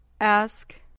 Ask